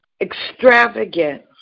Extravagant